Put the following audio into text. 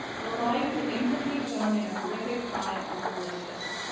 but lying to implicate someone in a horrific crime is malicious.